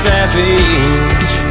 Savage